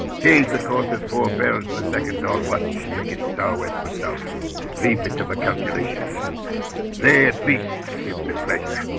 change the course of four barrels in the second dog. what should make it sour whisper self leave it to my calculations they at least give me pleasure.